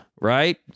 right